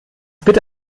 bitte